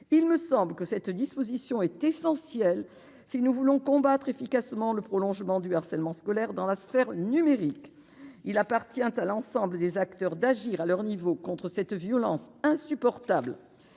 il me semble que cette disposition est essentiel si nous voulons combattre efficacement le prolongement du harcèlement scolaire dans la sphère numérique, il appartient à l'ensemble des acteurs d'agir à leur niveau contre cette violence insupportable